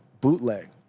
bootleg